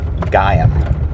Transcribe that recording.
Gaia